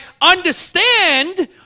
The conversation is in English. understand